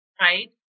right